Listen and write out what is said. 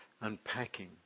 unpacking